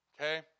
Okay